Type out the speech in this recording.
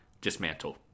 dismantle